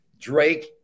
drake